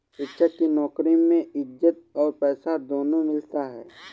शिक्षक की नौकरी में इज्जत और पैसा दोनों मिलता है